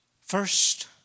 First